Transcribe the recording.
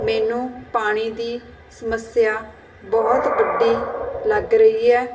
ਮੈਨੂੰ ਪਾਣੀ ਦੀ ਸਮੱਸਿਆ ਬਹੁਤ ਵੱਡੀ ਲੱਗ ਰਹੀ ਹੈ